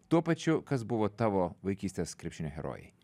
tuo pačiu kas buvo tavo vaikystės krepšinio herojai